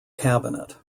cabinet